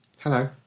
Hello